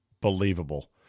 Believable